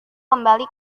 kembali